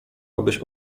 abyś